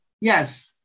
Yes